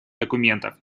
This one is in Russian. документов